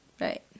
Right